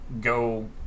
go